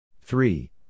three